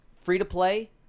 free-to-play